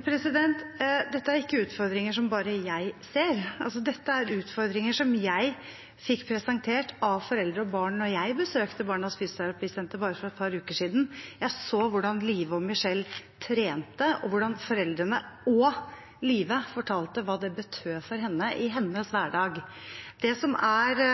Dette er ikke utfordringer som bare jeg ser. Dette er utfordringer som jeg fikk presentert av foreldre og barn da jeg besøkte Barnas Fysioterapisenter for bare et par uker siden. Jeg så hvordan Live og Michelle trente, og foreldrene og Live fortalte hva det betød for henne i hennes hverdag. Det som er